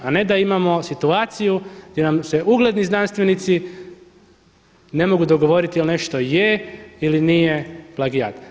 A ne da imamo situaciju gdje nam se ugledni znanstvenici ne mogu dogovoriti jel' nešto je ili nije plagijat.